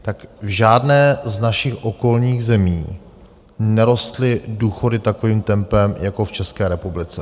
V žádné z našich okolních zemí nerostly důchody takovým tempem jako v České republice.